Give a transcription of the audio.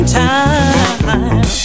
time